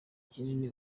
kinini